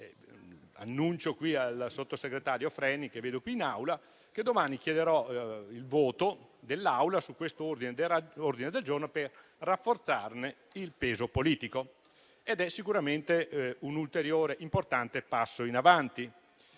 Annuncio al sottosegretario Freni, qui presente, che domani chiederò il voto dell'Assemblea su questo ordine del giorno per rafforzarne il peso politico. Si tratta sicuramente di un ulteriore e importante passo in avanti.